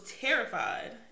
terrified